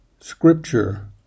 scripture